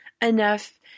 enough